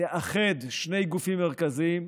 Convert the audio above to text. תאחד שני גופים מרכזיים,